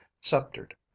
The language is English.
sceptered